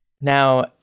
Now